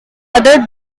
other